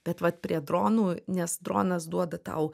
bet vat prie dronų nes dronas duoda tau